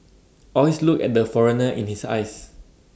always look at the foreigner in his eyes